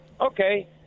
okay